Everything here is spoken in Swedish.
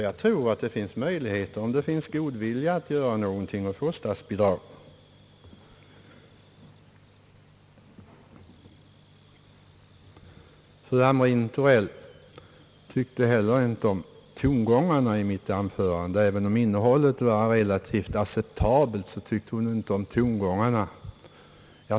Jag tror nog att det finns möjligheter att utanordna statsbidrag, om den goda viljan finns. Fru Hamrin-Thorell tyckte inte om tongångarna i mitt anförande, även om hon ansåg att innehållet var relativt acceptabelt.